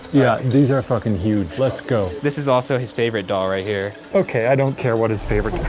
yeah, these are fuckin' huge, let's go. this is also his favorite doll right here. okay, i don't care what his favorite,